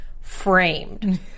framed